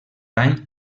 any